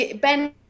Ben